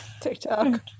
TikTok